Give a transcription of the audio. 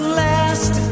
last